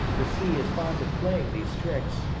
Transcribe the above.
the sea is fond of playing these tricks.